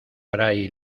fray